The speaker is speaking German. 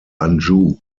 anjou